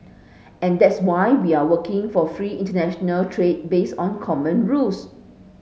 and that's why we are working for free international trade based on common rules